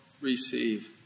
receive